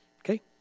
Okay